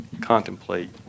contemplate